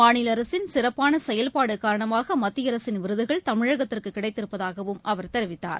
மாநிலஅரசின் சிறப்பானசெயல்பாடுகாரணமாகமத்தியஅரசின் விருதுகள் தமிழகத்திற்குகிடைத்திருப்பதாகவும் அவர் தெரிவித்தார்